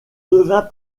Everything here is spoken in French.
devint